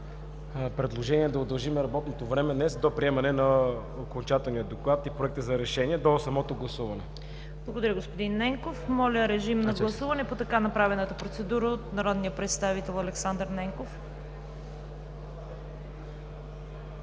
предложението да удължим работното време днес до приемане на Окончателния доклад и Проекта за решение до самото гласуване. ПРЕДСЕДАТЕЛ ЦВЕТА КАРАЯНЧЕВА: Благодаря, господин Ненков. Моля, режим на гласуване по така направената процедура от народния представител Александър Ненков.